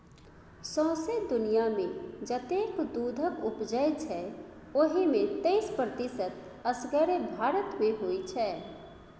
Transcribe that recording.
सौंसे दुनियाँमे जतेक दुधक उपजै छै ओहि मे तैइस प्रतिशत असगरे भारत मे होइ छै